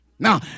Now